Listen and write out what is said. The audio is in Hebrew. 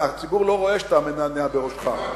הציבור לא רואה שאתה מנענע בראשך.